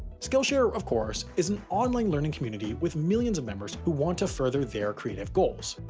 skillshare, of course, is an online learning community with millions of members who want to further their creative goals.